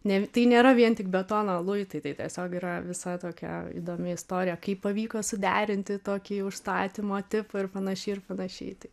ne tai nėra vien tik betono luitai tai tiesiog yra visa tokia įdomi istorija kaip pavyko suderinti tokį užstatymo tipą ir panašiai ir panašiai tai